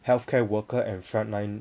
healthcare worker and frontline